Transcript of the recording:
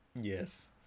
Yes